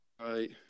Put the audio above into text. Right